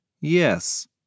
Yes